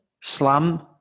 Slam